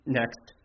next